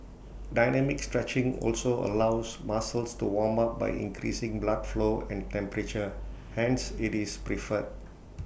dynamic stretching also allows muscles to warm up by increasing blood flow and temperature hence IT is preferred